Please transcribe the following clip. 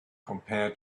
compare